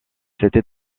cette